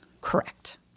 Correct